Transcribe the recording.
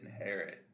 inherit